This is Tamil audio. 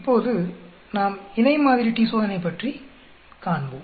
இப்போது நாம் இணை மாதிரி t சோதனை பற்றி காண்போம்